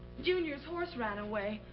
junior's horse ran away,